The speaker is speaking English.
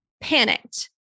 panicked